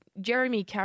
Jeremy